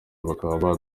bakaba